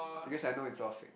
because I know it's all fake